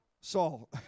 Saul